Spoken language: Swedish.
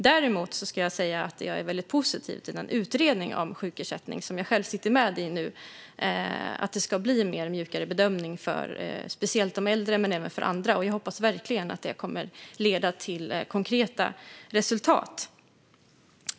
Däremot ska jag säga att jag är väldigt positiv till den utredning om sjukersättning som jag själv sitter i och som handlar om att det ska bli en mjukare bedömning, speciellt för de äldre men även för andra. Jag hoppas verkligen att den kommer att leda till konkreta resultat.